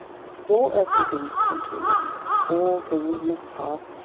but all earthly things come to an end, all things must pass,